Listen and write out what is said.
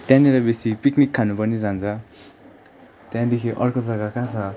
त्यहाँनिर बेसी पिक्निक खानु पनि जान्छ त्यहाँदेखि अर्को जग्गा कहाँ छ